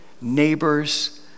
neighbors